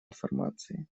информации